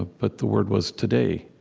ah but the word was today.